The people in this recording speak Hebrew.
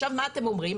עכשיו, מה אתם אומרים?